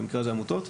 במקרה הזה עמותות,